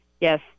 yes